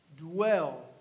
dwell